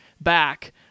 back